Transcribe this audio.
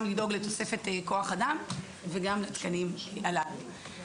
גם לדאוג לתוספת כוח אדם, וגם לתקנים הללו.